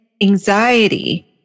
anxiety